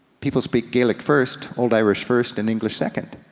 people speak gaelic first, old irish first, and english second.